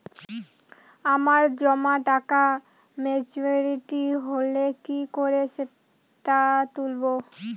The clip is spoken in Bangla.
আমার জমা টাকা মেচুউরিটি হলে কি করে সেটা তুলব?